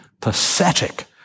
pathetic